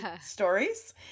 stories